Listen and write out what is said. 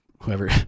Whoever